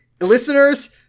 listeners